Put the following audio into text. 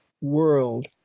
world